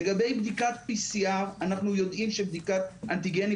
לגבי בדיקת PCR. אנחנו יודעים שבדיקת אנטיגן היא